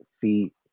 feet